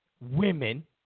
women